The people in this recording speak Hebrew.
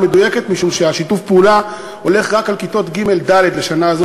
משום ששיתוף הפעולה הולך רק על כיתות ג' ד' בשנה זאת,